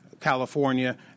California